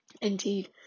Indeed